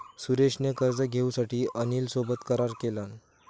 सुरेश ने कर्ज घेऊसाठी अनिल सोबत करार केलान